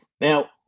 Now